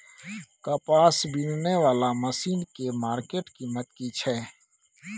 कपास बीनने वाला मसीन के मार्केट कीमत की छै?